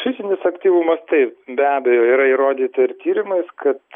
fizinis aktyvumas tai be abejo yra įrodyta ir tyrimais kad